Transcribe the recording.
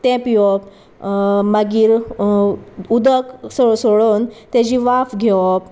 तें पिवप मागीर उदक सोळोवन तेजी वाफ घेवप